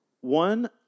One